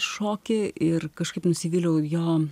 šoki ir kažkaip nusivyliau jo